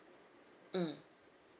mm